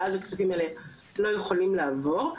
ואז הכספים האלה לא יכולים לעבור.